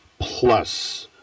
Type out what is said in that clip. plus